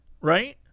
right